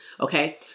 Okay